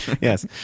Yes